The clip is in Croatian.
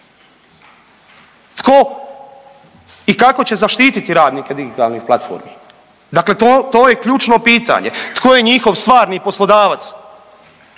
Tko i kako će zaštititi radnike digitalnih platformi? Dakle, to je ključno pitanje tko je njihov stvarni poslodavac.